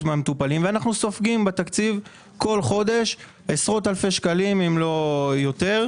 מהמטופלים ואנחנו סופגים בתקציב כל חודש עשרות אלפי שקלים אם לא יותר.